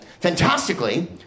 fantastically